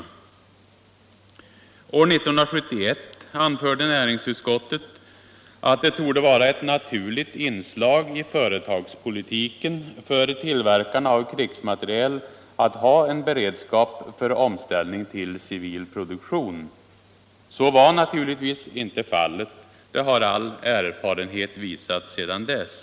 År 1971 anförde näringsutskottet att det torde vara ett naturligt inslag i företagspolitiken för tillverkarna av krigsmateriel att ha en beredskap för omställning till civil produktion. Så var naturligtvis inte fallet. Det har all erfarenhet visat sedan dess.